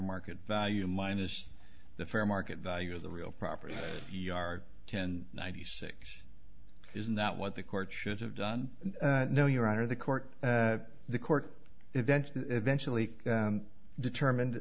market value minus the fair market value of the real property yar ninety six isn't that what the court should have done no your honor the court the court eventually eventually determined